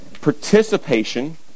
Participation